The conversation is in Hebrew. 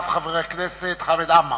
ואחריו, חבר הכנסת חמד עמאר.